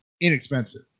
inexpensive